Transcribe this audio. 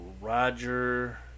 Roger